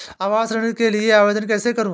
आवास ऋण के लिए आवेदन कैसे करुँ?